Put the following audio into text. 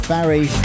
Barry